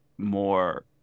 more